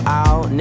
out